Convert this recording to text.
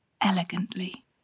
elegantly